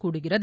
கூடுகிறது